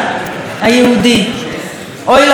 אוי לאוזניים שכך ישמעו.